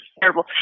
terrible